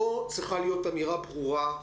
פה צריכה להיות אמירה ברורה.